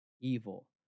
evil